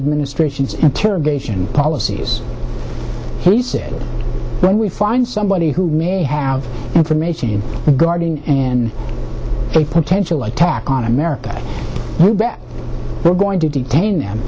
administration's interrogation policies he said when we find somebody who may have information you regarding in a potential attack on america we're going to detain